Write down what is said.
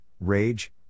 rage